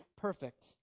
perfect